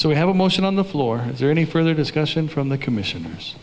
so we have a motion on the floor is there any further discussion from the commissioner